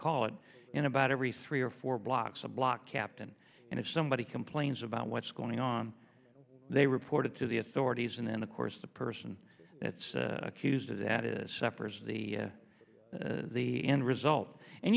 call it in about every three or four blocks a block captain and if somebody complains about what's going on they reported to the authorities and then of course the person that's accused of that is suffers the the end result and